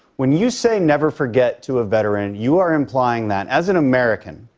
when you say never forget to a veteran, you are implying that as an american,